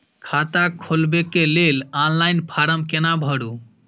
खाता खोलबेके लेल ऑनलाइन फारम केना भरु?